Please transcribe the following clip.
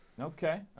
Okay